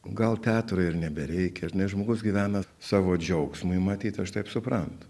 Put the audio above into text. gal teatro ir nebereikia nes žmogus gyvena savo džiaugsmui matyt aš taip suprantu